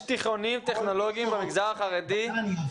האם יש בתי ספר טכנולוגיים מהחינוך החרדי שלא מוכנים להכניס